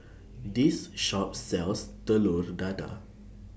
This Shop sells Telur Dadah